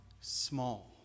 small